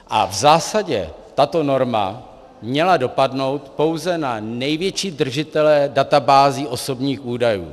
V zásadě tato norma měla dopadnout pouze na největší držitele databází osobních údajů.